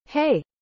Hey